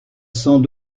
sans